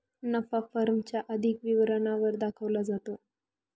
नफा फर्म च्या आर्थिक विवरणा वर दाखवला जातो